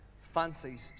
fancies